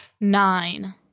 Nine